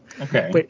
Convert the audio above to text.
Okay